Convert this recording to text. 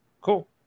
Cool